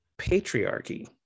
patriarchy